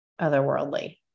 otherworldly